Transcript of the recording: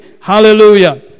Hallelujah